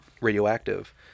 radioactive